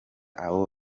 abo